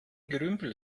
gerümpel